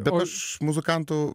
bet aš muzikantų